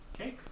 okay